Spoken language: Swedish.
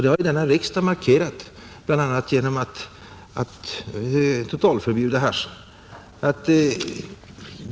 Det har denna riksdag markerat bl.a. genom att totalförbjuda hasch.